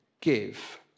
give